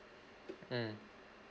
mm